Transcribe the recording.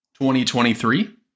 2023